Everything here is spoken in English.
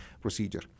procedure